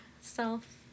self